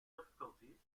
difficulties